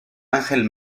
ángel